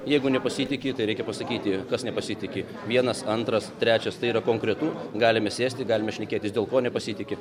jeigu nepasitiki tai reikia pasakyti kas nepasitiki vienas antras trečias tai yra konkretu galime sėsti galime šnekėtis dėl ko nepasitiki